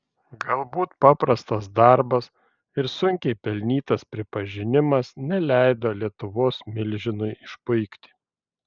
galbūt paprastas darbas ir sunkiai pelnytas pripažinimas neleido lietuvos milžinui išpuikti